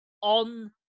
on